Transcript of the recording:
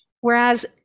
Whereas